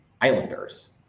Islanders